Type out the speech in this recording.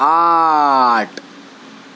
آٹھ